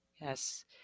Yes